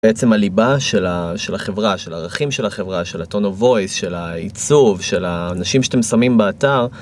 בעצם הליבה של החברה, של הערכים של החברה, של ה-tone of voice, של העיצוב, של האנשים שאתם שמים באתר.